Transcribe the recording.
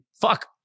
fuck